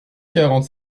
quarante